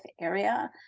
area